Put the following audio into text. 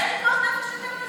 יש פיקוח נפש יותר מזה?